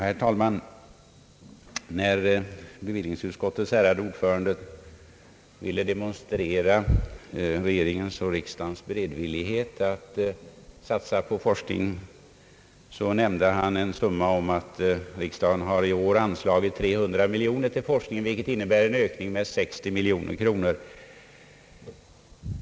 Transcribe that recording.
Herr talman! När bevillningsutskottets ärade ordförande ville demonstrera regeringens och riksdagens beredvillighet att satsa på forskning, nämnde han att riksdagen i år har anslagit 300 miljoner kronor till forskning, vilket skulle innebära en ökning med 60 miljoner.